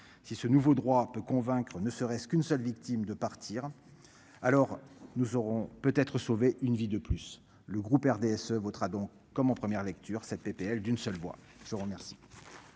si ce nouveau droit peut convaincre, ne serait-ce qu'une seule victime de partir alors. Nous aurons peut-être sauver une vie. De plus, le groupe RDSE votera donc comme en première lecture cette PPL d'une seule voix. Je vous remercie.